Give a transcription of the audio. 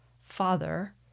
Father